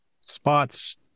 spots